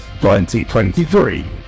2023